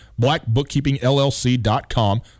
blackbookkeepingllc.com